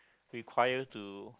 require to